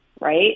Right